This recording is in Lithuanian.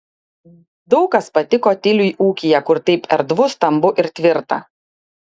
daug kas patiko tiliui ūkyje kur taip erdvu stambu ir tvirta